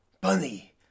Bunny